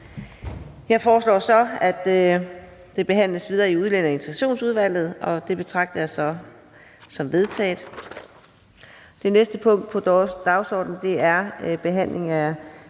Jeg foreslår, at lovforslaget henvises til Udlændinge- og Integrationsudvalget. Det betragter jeg så som vedtaget. --- Det næste punkt på dagsordenen er: 11) 1. behandling af